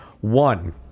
one